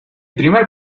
primer